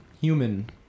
human